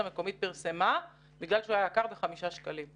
המקומית פרסמה בגלל שהוא היה יקר ב-5 שקלים?